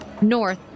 north